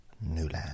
Newland